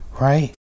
Right